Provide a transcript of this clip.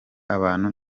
abantu